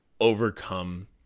overcome